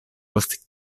post